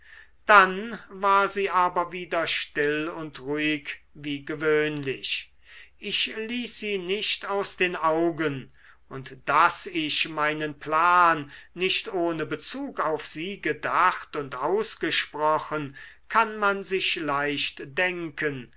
dann war sie aber wieder still und ruhig wie gewöhnlich ich ließ sie nicht aus den augen und daß ich meinen plan nicht ohne bezug auf sie gedacht und ausgesprochen kann man sich leicht denken